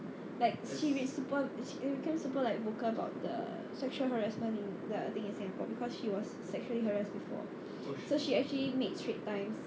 like sibeh super she became super like vocal about the sexual harassment in the thing singapore art because she was sexually harassed before so she actually made straight times